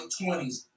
20s